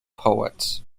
poets